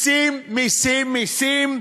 מסים, מסים, מסים.